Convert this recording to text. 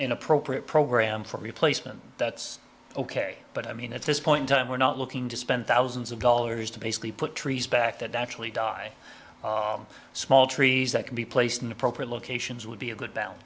an appropriate program for replacement that's ok but i mean at this point time we're not looking to spend thousands of dollars to basically put trees back that actually die small trees that can be placed in appropriate locations would be a good